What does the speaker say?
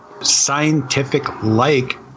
scientific-like